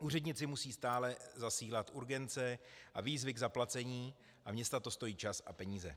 Úředníci musí stále zasílat urgence a výzvy k zaplacení a města to stojí čas a peníze.